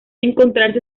encontrarse